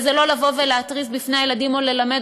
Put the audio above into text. וזה לא לבוא ולהתריס בפני הילדים או ללמד